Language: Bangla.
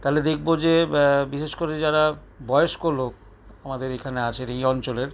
তাহলে দেখব যে বিশেষ করে যারা বয়স্ক লোক আমাদের এইখানে আছেন এই অঞ্চলের